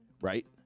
right